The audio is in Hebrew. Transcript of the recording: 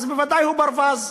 אז בוודאי הוא ברווז.